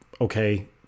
Okay